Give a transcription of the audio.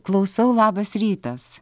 klausau labas rytas